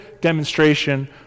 demonstration